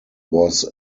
was